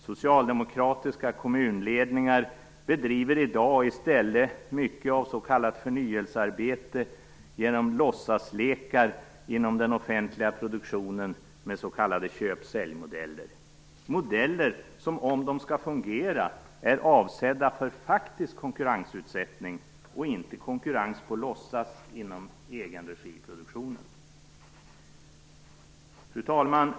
Socialdemokratiska kommunledningar bedriver i dag i stället mycket av s.k. förnyelsearbete genom låtsaslekar inom den offentliga produktionen med s.k. köp-säljmodeller, modeller som om de skall fungera är avsedda för faktisk konkurrensutsättning och inte konkurrens på låtsas inom egenregiproduktionen. Fru talman!